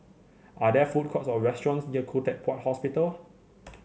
are there food courts or restaurants near Khoo Teck Puat Hospital